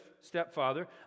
stepfather